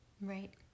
Right